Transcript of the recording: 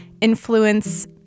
influence